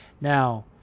Now